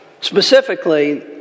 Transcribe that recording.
specifically